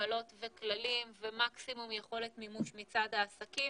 מגבלות וכללים ומקסימום יכולת מימוש מצד העסקים.